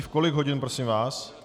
V kolik hodin, prosím vás?